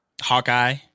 hawkeye